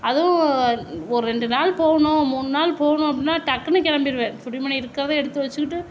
அதுவும் ஒரு ரெண்டு நாள் போகணும் மூணு நாள் போகணும் அப்படின்னா டக்குன்னு கிளம்பிவிடுவேன் துணிமணி இருக்கவே எடுத்து வச்சுக்கிட்டு